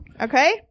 Okay